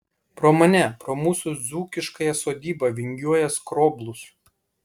pro mane pro mūsų dzūkiškąją sodybą vingiuoja skroblus